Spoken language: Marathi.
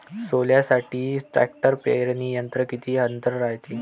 सोल्यासाठी ट्रॅक्टर पेरणी यंत्रात किती अंतर रायते?